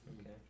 Okay